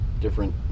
different